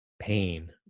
pain